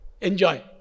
Enjoy